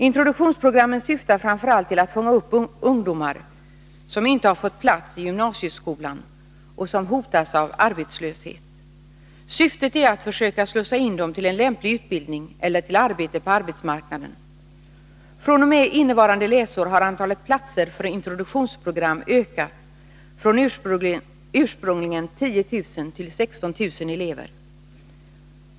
Introduktionsprogrammen syftar framför allt till att fånga upp ungdomar som inte har fått plats i gymnasieskolan och som hotas av arbetslöshet. Syftet är att försöka slussa in dem till en lämplig utbildning eller arbete på arbetsmarknaden. fr.o.m. innevarande läsår har antalet platser för introduktionsprogram ökat från ursprungligen 10 000 till 16 000 elever.